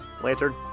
lantern